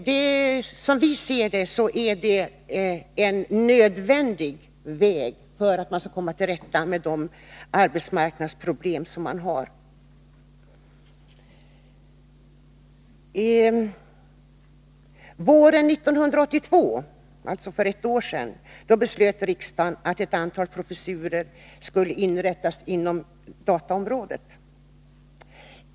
Det är enligt vår uppfattning en nödvändig väg för att man skall komma till rätta med arbetsmarknadsproblemen. Våren 1982 — alltså för ett år sedan — beslöt riksdagen att ett antal professurer skulle inrättas inom dataområdet.